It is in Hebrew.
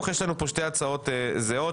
התשפ"ג-2023,